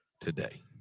today